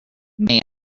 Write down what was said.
may